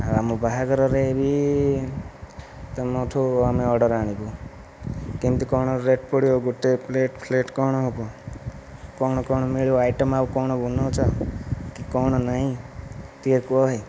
ଆଉ ଆମ ବାହାଘରରେ ବି ତମଠୁ ଆମେ ଅର୍ଡ଼ର ଆଣିବୁ କେମିତି କ'ଣ ରେଟ୍ ପଡ଼ିବ ଗୋଟିଏ ପ୍ଲେଟ୍ ଫ୍ଲେଟ୍ କ'ଣ ହେବ କ'ଣ କ'ଣ ମିଳିବ ଆଇଟମ୍ ଆଉ କ'ଣ ବନାଉଛ କି କ'ଣ ନାଇଁ ଟିକିଏ କୁହ ଭାଇ